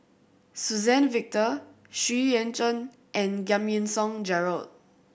Suzann Victor Xu Yuan Zhen and Giam Yean Song Gerald